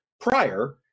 prior